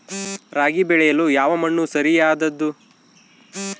ರಾಗಿ ಬೆಳೆಯಲು ಯಾವ ಮಣ್ಣು ಸರಿಯಾದದ್ದು?